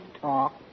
talk